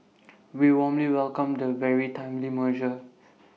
we warmly welcome the very timely merger